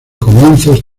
comienzos